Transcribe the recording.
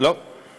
לא שש דקות.